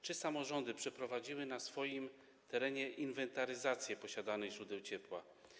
Czy samorządy przeprowadziły na swoim terenie inwentaryzację posiadanych źródeł ciepła?